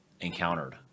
encountered